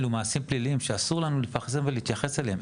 אלו מעשים פלילים שאסור לנו למעשה להתייחס אליהם.